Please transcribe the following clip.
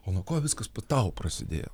o nuo ko viskas tau prasidėjo